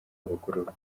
abagororwa